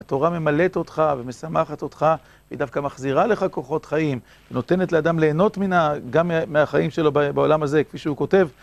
התורה ממלאת אותך, ומשמחת אותך, והיא דווקא מחזירה לך כוחות חיים, ונותנת לאדם ליהנות מה.. גם מהחיים שלו בעולם הזה, כפי שהוא כותב.